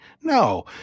No